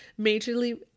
majorly